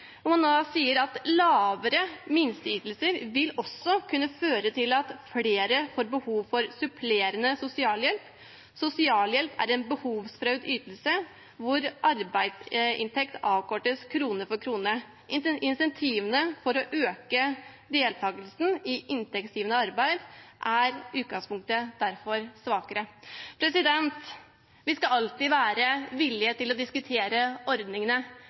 sier nå at lavere minsteytelser vil kunne føre til at flere får behov for supplerende sosialhjelp – sosialhjelp er en behovsprøvd ytelse hvor arbeidsinntekt avkortes krone for krone. Insentivene for å øke deltakelsen i inntektsgivende arbeid er derfor i utgangspunktet svakere. Vi skal alltid være villig til å diskutere ordningene,